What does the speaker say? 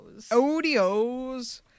odios